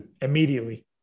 immediately